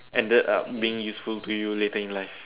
ended up being useful to you later in life